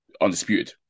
undisputed